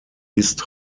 ist